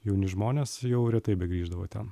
jauni žmonės jau retai begrįždavo ten